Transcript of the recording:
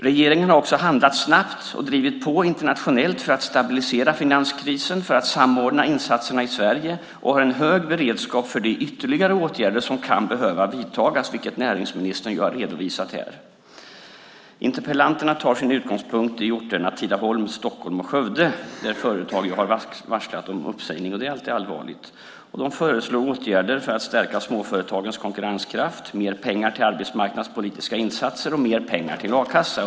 Regeringen har också handlat snabbt och drivit på internationellt för att stabilisera finanskrisen, för att samordna insatserna i Sverige, och har en hög beredskap för de ytterligare åtgärder som kan behöva vidtas, vilket näringsministern har redovisat här. Interpellanterna tar sin utgångspunkt i orterna Tidaholm, Stockholm och Skövde, där företag har varslat om uppsägning. Det är alltid allvarligt. De föreslår åtgärder för att stärka småföretagens konkurrenskraft, mer pengar till arbetsmarknadspolitiska insatser och mer pengar till a-kassa.